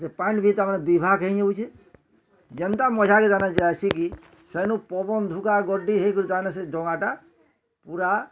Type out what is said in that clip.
ଆର୍ ସେ ପାନ୍ ବି ମାନେ ଦୁଇ ଭାଗ୍ ହେଇଯାଉଁଛେ ଯେନ୍ତା ମଝାକେ ଯାନା ଯାଏସିଁ କି ସେନୁ ପବନ୍ ଝୁକା ଗଡ଼ି ହୋଇକରି ତାନେ ଡ଼ଙ୍ଗାଟା ପୁରା